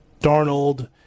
Darnold